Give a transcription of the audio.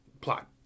plot